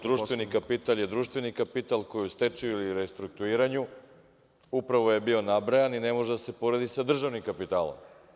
Društveni kapital je društveni kapital ko je u stečaju i restrukturiranju, upravo je bio nabrajan i ne može da se poredi sa državnim kapitalom.